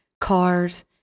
cars